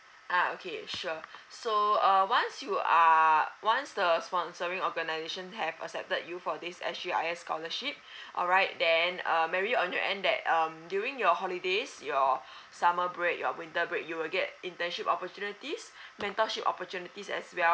uh okay sure so uh once you are once the sponsoring organization have accepted you for this S C I S scholarship alright then uh mary on your end that um during your holidays your summer break your winter break you will get internship opportunities mentorship opportunities as well